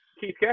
Keith